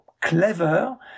clever